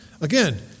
Again